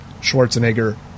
Schwarzenegger